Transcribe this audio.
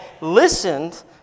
listened